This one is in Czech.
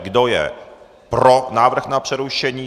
Kdo je pro návrh na přerušení?